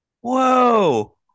Whoa